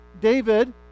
David